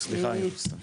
סליחה אירוס, תמשיכי.